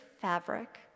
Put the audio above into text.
fabric